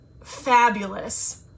fabulous